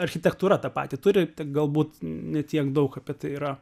architektūra tą patį turi tik galbūt ne tiek daug apie tai yra